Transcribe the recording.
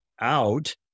out